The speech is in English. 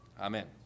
amen